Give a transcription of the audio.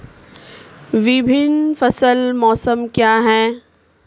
विभिन्न फसल मौसम क्या हैं?